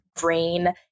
brain